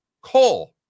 coal